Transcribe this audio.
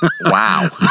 Wow